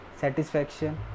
satisfaction